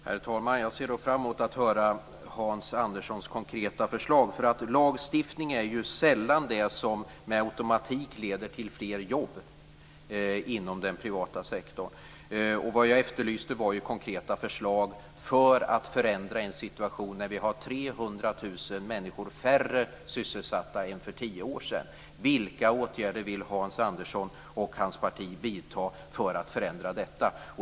Herr talman! Jag ser fram emot att höra Hans Anderssons konkreta förslag. Lagstiftning leder ju sällan med automatik till fler jobb inom den privata sektorn, och vad jag efterlyste var ju konkreta förslag för att förändra en situation där vi har 300 000 människor färre sysselsatta än för tio år sedan. Vilka åtgärder vill Hans Andersson och hans parti vidta för att förändra detta?